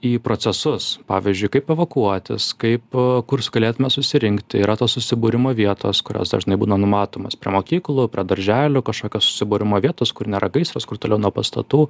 į procesus pavyzdžiui kaip evakuotis kaip kurs galėtume susirinkti yra tos susibūrimo vietos kurios dažnai būna numatomos prie mokyklų prie darželių kažkokios susibūrimo vietos kur nėra gaisras kur toliau nuo pastatų